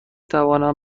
توانم